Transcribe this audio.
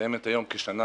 ומסתיימת היום כשנה